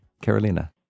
Carolina